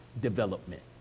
development